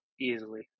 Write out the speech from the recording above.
easily